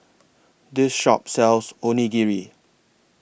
This Shop sells Onigiri